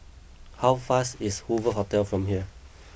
how fast is Hoover Hotel from here